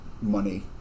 money